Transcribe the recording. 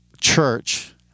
church